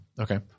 Okay